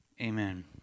amen